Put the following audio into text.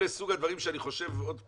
אלה סוג הדברים שאני חושב, עוד פעם,